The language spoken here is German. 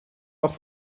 noch